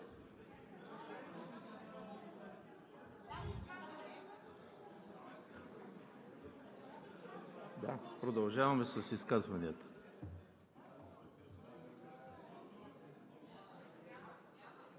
Продължаваме с изказванията.